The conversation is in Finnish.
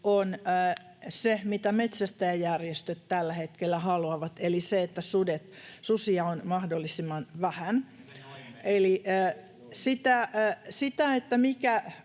on se, mitä metsästäjäjärjestöt tällä hetkellä haluavat, eli se, että susia on mahdollisimman vähän.